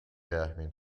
رحمین